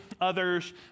others